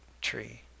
tree